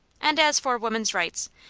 and as for woman's rights,